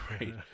right